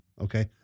Okay